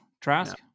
Trask